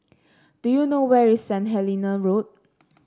do you know where is Saint Helena Road